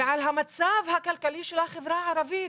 ועל המצב הכלכלי של החברה הערבית,